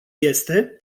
este